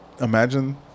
Imagine